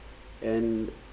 and